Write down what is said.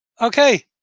Okay